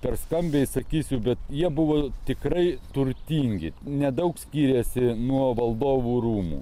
per skambiai sakysiu bet jie buvo tikrai turtingi nedaug skyrėsi nuo valdovų rūmų